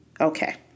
Okay